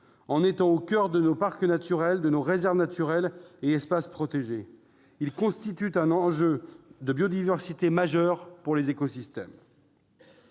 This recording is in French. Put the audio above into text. forte. Au coeur de nos parcs naturels, de nos réserves naturelles et de nos espaces protégés, ils constituent un enjeu de biodiversité majeur pour les écosystèmes.